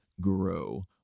grow